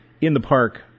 in-the-park